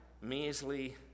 measly